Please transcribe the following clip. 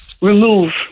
remove